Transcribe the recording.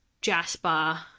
Jasper